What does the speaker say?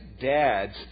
dads